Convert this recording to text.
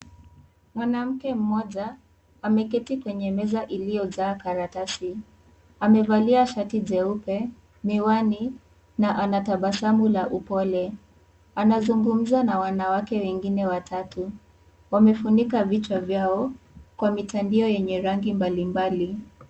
Mwanamke mmoja, ameketi kwenye meza iliyojaa karatasi. Amevalia shati jeupe, miwani na anatabasamu la upole. Anazungumza na wanawake wengine watatu. Wamefunika vichwa vyao, kwa mitandio yenye rangi mbalimbali.